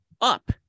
up